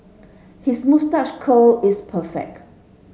his moustache curl is perfect